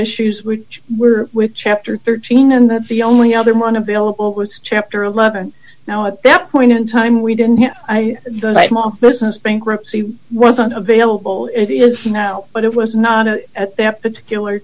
issues which were with chapter thirteen and that the only other one available was chapter eleven now at that point in time we didn't have i business bankruptcy wasn't available it is now but it was not at that particular